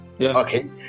okay